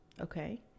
Okay